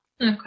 Okay